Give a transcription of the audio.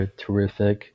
terrific